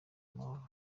amahoro